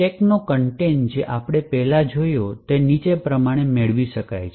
સ્ટેકની સામગ્રી જે આપણે પહેલાં જોઇ છે તે નીચે પ્રમાણે મેળવી શકાય છે